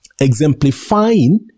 exemplifying